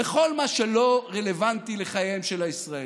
בכל מה שלא רלוונטי לחייהם של הישראלים,